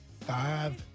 Five